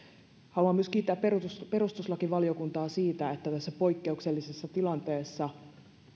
haluan myös kiittää perustuslakivaliokuntaa siitä että tässä poikkeuksellisessa tilanteessa